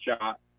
shot